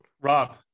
Rob